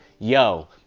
Yo